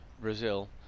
Brazil